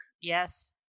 Yes